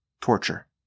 torture